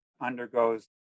undergoes